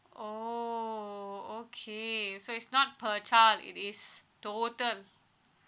oh okay so it's not per child it is total